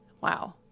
wow